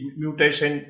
mutation